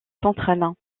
centrale